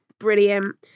brilliant